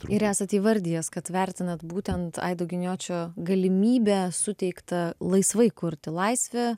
ir esate įvardijęs kad vertinat būtent aido giniočio galimybę suteiktą laisvai kurti laisvę